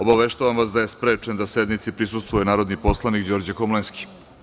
Obaveštavam vas da je sprečen da sednici prisustvuje narodni poslanik Đorđe Komlenski.